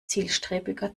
zielstrebiger